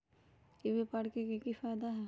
ई व्यापार के की की फायदा है?